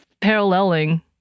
paralleling